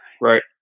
Right